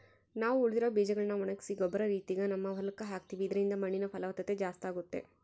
ನಾವು ಉಳಿದಿರೊ ಬೀಜಗಳ್ನ ಒಣಗಿಸಿ ಗೊಬ್ಬರ ರೀತಿಗ ನಮ್ಮ ಹೊಲಕ್ಕ ಹಾಕ್ತಿವಿ ಇದರಿಂದ ಮಣ್ಣಿನ ಫಲವತ್ತತೆ ಜಾಸ್ತಾಗುತ್ತೆ